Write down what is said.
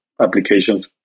applications